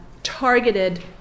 Targeted